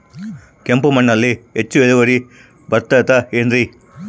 ಕೆಂಪು ಮಣ್ಣಲ್ಲಿ ಹೆಚ್ಚು ಇಳುವರಿ ಬರುತ್ತದೆ ಏನ್ರಿ?